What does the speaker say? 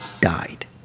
died